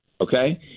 Okay